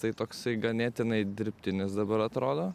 tai toks ganėtinai dirbtinis dabar atrodo